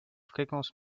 fréquences